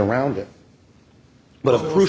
around it but of the proof